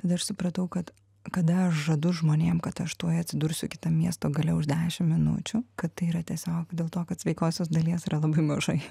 tada aš supratau kad kada aš žadu žmonėms kad aš tuoj atsidursiu kitam miesto gale už dešim minučių kad tai yra tiesiog dėl to kad sveikosios dalies yra labai mažai